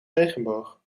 regenboog